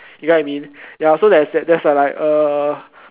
you get what I mean ya so that's that's like uh